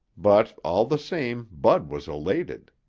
but all the same bud was elated.